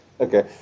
Okay